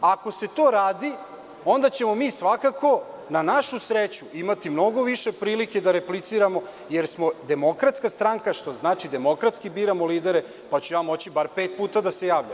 Ako se to radi, onda ćemo mi svakako, na našu sreću, imati mnogo više prilike da repliciramo jer smo demokratska stranka, što znači da demokratski biramo lidere, pa ću ja moći bar pet puta da se javljam.